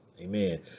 Amen